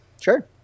Sure